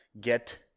Get